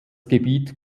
gebiet